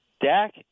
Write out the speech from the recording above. Dak